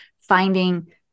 finding